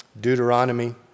Deuteronomy